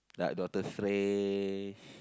like Doctor-Strange